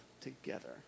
together